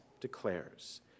declares